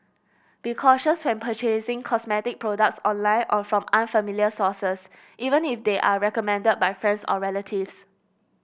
be cautious when purchasing cosmetic products online or from unfamiliar sources even if they are recommended by friends or relatives